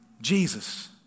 Jesus